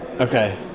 Okay